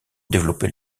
développer